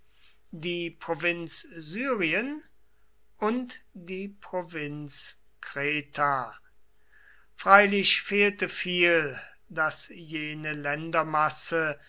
die provinz syrien und die provinz kreta freilich fehlte viel daß jene ländermasse